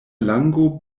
lango